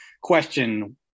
question